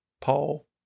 Paul